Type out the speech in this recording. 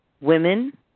women